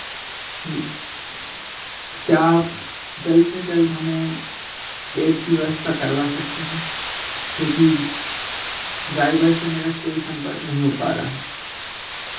जी क्या आप जल्द से जल्द हमे कैब की व्यवस्था करवा सकते हैं क्योंकि ड्राइवर से मेरा कोइ संपर्क नहीं हो पा रहा है